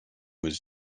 was